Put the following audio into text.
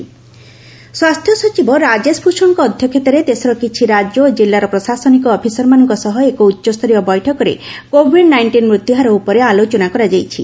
health secretary states ସ୍ପାସ୍ଥ୍ୟ ସଚିବ ରାଜେଶ ଭୂଷଣଙ୍କ ଅଧ୍ୟକ୍ଷତାରେ ଦେଶର କିଛି ରାଜ୍ୟ ଓ ଜିଲ୍ଲାର ପ୍ରଶାସନିକ ଅଫିସରମାନଙ୍କ ସହ ଏକ ଉଚ୍ଚସ୍ତରୀୟ ବୈଠକରେ କୋଭିଡ୍ ନାଇଷ୍ଟିନ୍ ମୃତ୍ୟୁହାର ଉପରେ ଆଲୋଚନା କରାଯାଇଛି